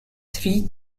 three